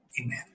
Amen